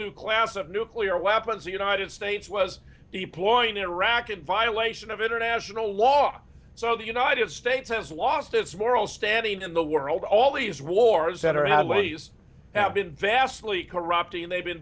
new class of nuclear weapons the united states was the pulling in iraq in violation of international law so the united states has lost its moral standing in the world all these wars that are now lays have been vastly corrupting they've been